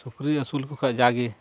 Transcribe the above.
ᱥᱩᱠᱨᱤ ᱟᱹᱥᱩᱞ ᱠᱚᱠᱷᱟᱱ ᱡᱟᱜᱮ